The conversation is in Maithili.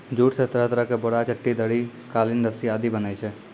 जूट स तरह तरह के बोरा, चट्टी, दरी, कालीन, रस्सी आदि बनै छै